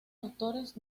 autores